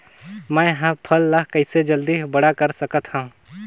मैं ह फल ला कइसे जल्दी बड़ा कर सकत हव?